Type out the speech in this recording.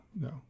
no